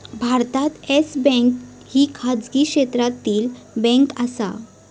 भारतात Yes Bank ही खाजगी क्षेत्रातली बँक आसा